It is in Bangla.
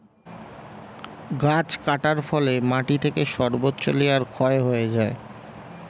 গাছ কাটার ফলে মাটি থেকে সর্বোচ্চ লেয়ার ক্ষয় হয়ে যায়